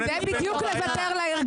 עם כל הכבוד, זה בדיוק לוותר לארגון.